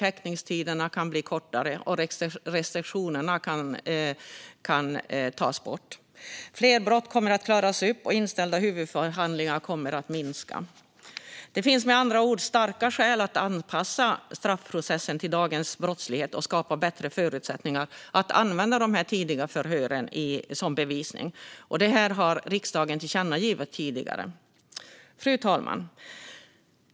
Häktningstiderna kan bli kortare, och restriktionerna kan tas bort. Fler brott kommer att klaras upp, och antalet inställda huvudförhandlingar kommer att minska. Det finns med andra ord starka skäl att anpassa straffprocessen till dagens brottslighet och skapa bättre förutsättningar att använda de tidigare förhören som bevisning. Detta har riksdagen tidigare tillkännagivit. Fru talman!